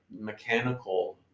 mechanical